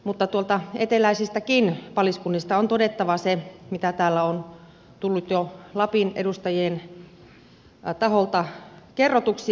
mutta tuolta eteläisistäkin paliskunnista on todettava se mikä täällä on tullut jo lapin edustajien taholta kerrotuksi